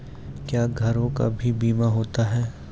क्या घरों का भी बीमा होता हैं?